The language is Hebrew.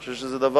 אני חושב שזה דבר